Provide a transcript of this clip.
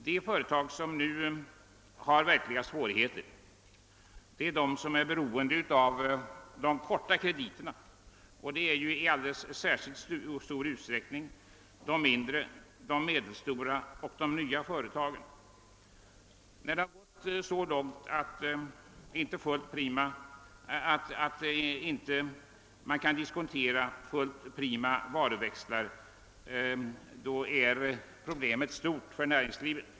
De företag som nu har de största svårigheterna är de som är beroende av de korta krediterna, d.v.s. i mycket stor utsträckning de mindre, medelstora och nya företagen. När det gått så långt att sådana företag inte kan diskontera fullt prima varuväxlar, då är problemet stort för näringslivet.